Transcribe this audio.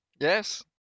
yes